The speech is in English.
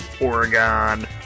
Oregon